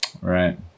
Right